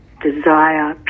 desire